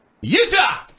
Utah